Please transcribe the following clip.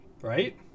right